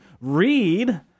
read